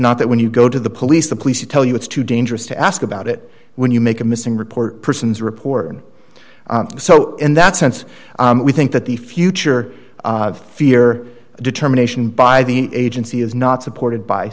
not that when you go to the police the police tell you it's too dangerous to ask about it when you make a missing report persons report so in that sense we think that the future fear determination by the agency is not supported by